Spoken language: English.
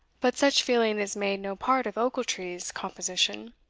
but such feeling is made no part of ochiltree's composition.